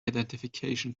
identification